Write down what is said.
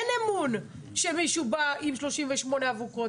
אין אמון שמישהו בא עם 38 אבוקות.